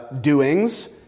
doings